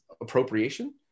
appropriation